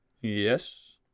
Yes